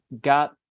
got